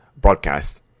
broadcast